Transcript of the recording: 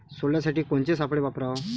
सोल्यासाठी कोनचे सापळे वापराव?